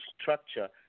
structure